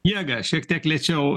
jėga šiek tiek lėčiau